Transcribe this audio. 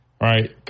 right